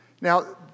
Now